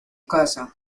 casa